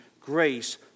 grace